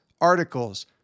articles